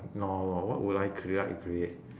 ignore law what would I crea~ like to create